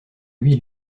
lui